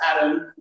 Adam